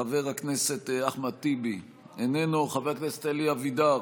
חבר הכנסת אחמד טיבי, איננו, חבר הכנסת אלי אבידר,